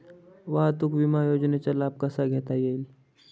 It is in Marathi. वाहतूक विमा योजनेचा लाभ कसा घेता येईल?